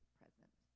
present